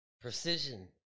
Precision